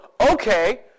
Okay